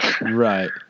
Right